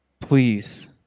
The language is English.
please